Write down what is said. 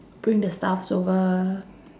to bring the stuffs over